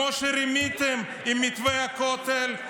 כמו שרימיתם עם מתווה הכותל,